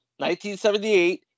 1978